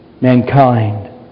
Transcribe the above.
mankind